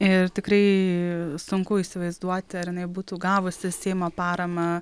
ir tikrai sunku įsivaizduoti ar jinai būtų gavusi seimo paramą